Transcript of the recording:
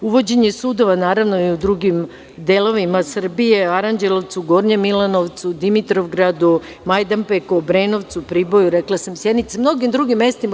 Uvođenje sudova, naravno i u drugim delovima Srbije, Aranđelovcu, Gornjem Milanovcu, Dimitrovgradu, Majdanpeku, Obrenovcu, Priboju, mnogim drugim mestima.